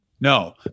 No